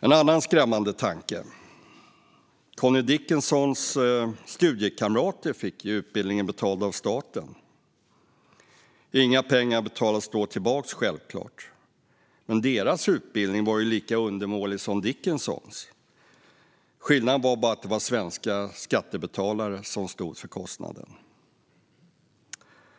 En annan skrämmande tanke: Connie Dickinsons studiekamrater fick utbildningen betalad av staten. Självklart betalas då inga pengar tillbaka. Men deras utbildning var ju lika undermålig som Dickinsons. Skillnaden var bara att det var svenska skattebetalare som stod för kostnaden.